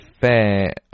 fair